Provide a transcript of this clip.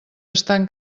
estan